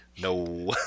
No